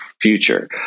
future